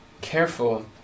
careful